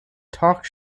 talk